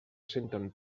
senten